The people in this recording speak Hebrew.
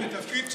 התפקיד שלנו,